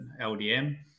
LDM